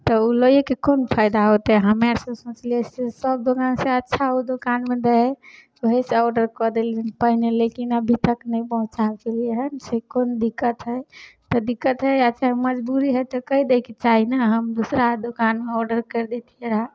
तऽ ओ लैएके कोन फायदा होतै हमेसे सोचलिए से सभ दोकानसे अच्छा ओ दोकानमे दै हइ तऽ ओहिसे ऑडर कऽ देली पहिने लेकिन अभी तक नहि पहुँचा देलिए हँ से कोन दिक्कत हइ दिक्कत हइ या फेर मजबूरी हइ से कहि दैके चाही ने हम दोसरा दोकानमे ऑडर करि देतिए रहै